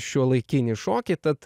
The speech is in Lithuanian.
šiuolaikinį šokį tad